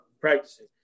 practicing